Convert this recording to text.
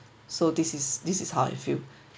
so this is this is how I feel